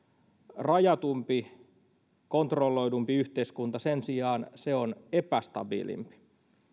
rajatumpi kontrolloidumpi yhteiskunta sen sijaan on epästabiilimpi